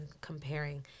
comparing